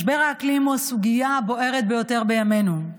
משבר האקלים הוא הסוגיה הבוערת ביותר בימינו.